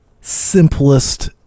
simplest